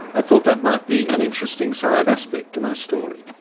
i thought that might be an interesting side aspect to my story.